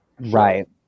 right